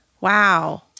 Wow